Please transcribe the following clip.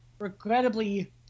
Regrettably